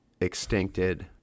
extincted